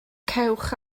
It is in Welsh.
cewch